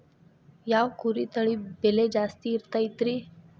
ಯಾವ ಕುರಿ ತಳಿ ಬೆಲೆ ಜಾಸ್ತಿ ಇರತೈತ್ರಿ?